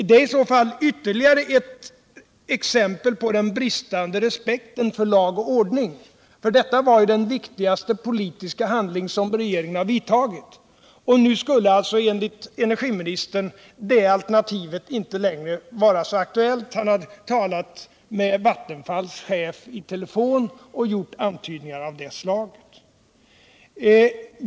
Det är i så fall ytterligare ett exempel på den bristande respekten för lag och ordning. Detta är ju regeringens viktigaste politiska handling, men nu skulle alltså enligt energiministern upparbetningsalternativet inte längre vara så aktuellt. Han har talat med Vattenfalls chef i telefon och gjort antydningar av det slaget.